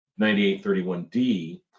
9831D